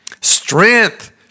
Strength